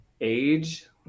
Age